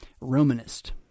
Romanist